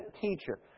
teacher